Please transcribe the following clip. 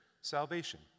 salvation